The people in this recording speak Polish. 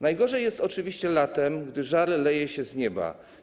Najgorzej jest oczywiście latem, gdy żar leje się z nieba.